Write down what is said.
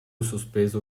sospeso